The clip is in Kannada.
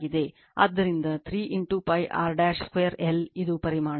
ಆದ್ದರಿಂದ 3 pi r 2l ಇದು ಪರಿಮಾಣ